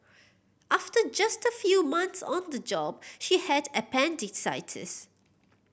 after just a few months on the job she had appendicitis